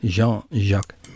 Jean-Jacques